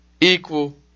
equal